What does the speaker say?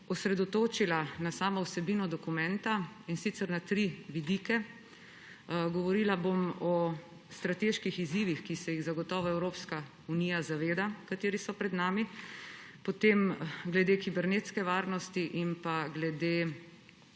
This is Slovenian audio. osredotočila na samo vsebino dokumenta, in sicer na tri vidike. Govorila bom o strateških izzivih, ki se jih zagotovo Evropska unija zaveda, kateri so pred nami, potem glede kibernetske varnosti in glede